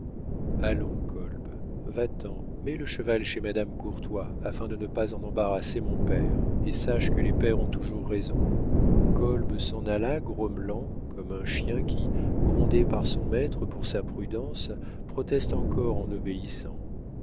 allons kolb va-t'en mets le cheval chez madame courtois afin de ne pas en embarrasser mon père et sache que les pères ont toujours raison kolb s'en alla grommelant comme un chien qui grondé par son maître pour sa prudence proteste encore en obéissant